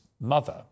mother